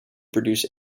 produce